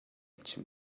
chim